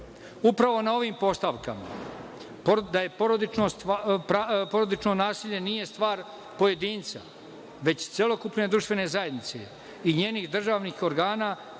Upravo na ovim postavkama da porodično nasilje nije stvar pojedinca, već celokupne društvene zajednice i njenih državnih organa,